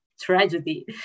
tragedy